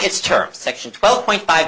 gets term section twelve point five